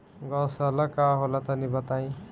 गौवशाला का होला तनी बताई?